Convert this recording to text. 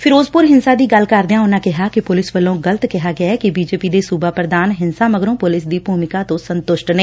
ਫਿਰੋਜ਼ਪੁਰ ਹਿੰਸਾ ਦੀ ਗੱਲ ਕਰਦਿਆ ਉਨੂਾਂ ਕਿਹਾ ਕਿ ਪੁਲਿਸ ਵੱਲੋਂ ਗਲਤ ਕਿਹਾ ਗਿਐ ਕਿ ਬੀਜੇਪੀ ਦੇ ਸੂਬਾ ਪ੍ਰਧਾਨ ਹਿੰਸਾ ਮਗਰੋਂ ਪੁਲਿਸ ਦੀ ਭੂਮਿਕਾ ਤੋਂ ਸੰਤੁਸ਼ਟ ਨੇ